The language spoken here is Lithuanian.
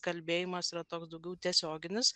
kalbėjimas yra toks daugiau tiesioginis